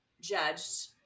judged